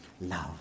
Love